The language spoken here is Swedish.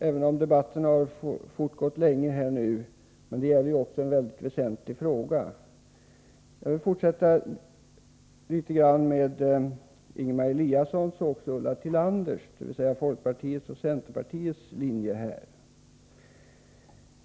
Även om debatten nu har fortgått länge vill jag, för den gäller ju en mycket väsentlig fråga, fortsätta och beröra Ingemar Eliassons och Ulla Tillanders, dvs. folkpartiets och centerpartiets, linje.